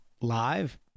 live